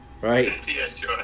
right